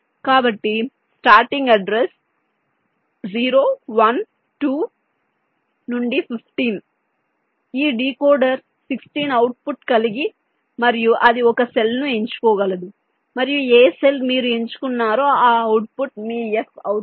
కాబట్టి starting address 0 1 2 15 ఈ decoder 16 output కలిగి మరియు అది ఒక సెల్ ను ఎంచుకోగలదు మరియు ఏ సెల్ మీరు ఎంచుకున్నారో ఆ అవుట్పుట్ మీ F అవుతుంది